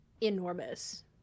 enormous